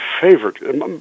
favorite